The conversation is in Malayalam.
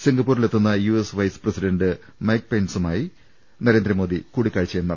സിംഗപ്പുരിലെത്തുന്ന U S vice president Mike പെൻസുമായി നരേന്ദ്രമോദി കൂടിക്കാഴ്ചയും നടത്തും